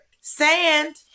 Sand